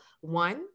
one